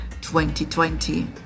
2020